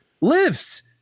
lives